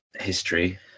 history